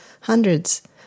hundreds